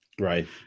Right